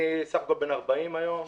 אני בסך הכול בן 40 היום,